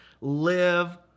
live